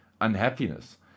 unhappiness